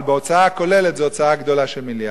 אבל, בהוצאה הכוללת זה הוצאה גדולה של מיליארדים.